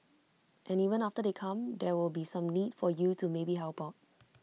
and even after they come there will be some need for you to maybe help out